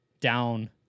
Down